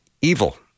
evil